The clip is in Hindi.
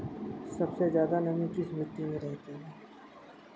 सबसे ज्यादा नमी किस मिट्टी में रहती है?